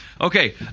Okay